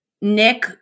Nick